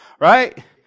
right